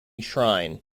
shrine